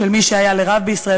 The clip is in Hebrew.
של מי שהיה לרב בישראל,